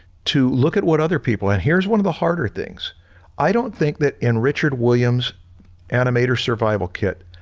to look at what other people. and here's one of the harder things i don't think that in richard william's animator's survival kit,